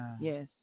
Yes